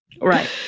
right